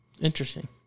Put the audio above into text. Interesting